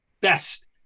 best